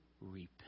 repent